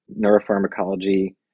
neuropharmacology